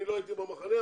אני לא הייתי במחנה,